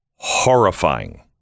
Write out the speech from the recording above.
Horrifying